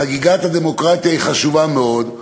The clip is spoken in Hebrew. חגיגת הדמוקרטיה חשובה מאוד,